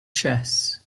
chess